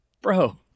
Bro